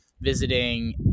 visiting